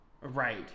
Right